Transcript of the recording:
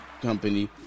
company